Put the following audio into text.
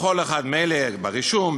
בכל אחד מאלה: ברישום,